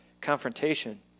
confrontation